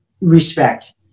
respect